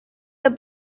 the